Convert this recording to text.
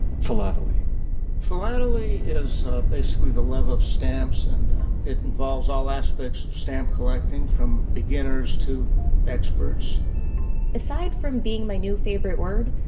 philately philately is basically the love of stamps and it involves all aspects of stamp collecting from beginners to experts aside from being my new favorite word,